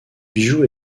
bijoux